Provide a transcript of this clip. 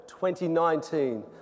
2019